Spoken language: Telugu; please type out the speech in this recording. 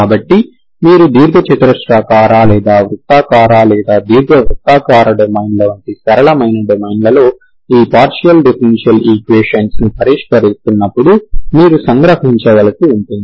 కాబట్టి మీరు దీర్ఘచతురస్రాకార లేదా వృత్తాకార లేదా దీర్ఘవృత్తాకార డొమైన్ల వంటి సరళమైన డొమైన్లలో ఈ పార్షియల్ డిఫరెన్షియల్ ఈక్వేషన్స్ ను పరిష్కరిస్తున్నప్పుడు మీరు సంగ్రహించవలసి ఉంటుంది